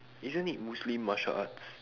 isn't it muslim martial arts